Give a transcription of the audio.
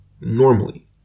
normally